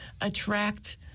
attract